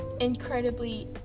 incredibly